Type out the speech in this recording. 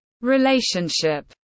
Relationship